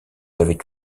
avec